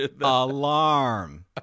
alarm